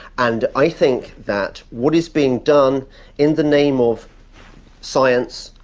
and i think that what is being done in the name of science,